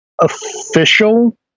official